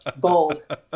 Bold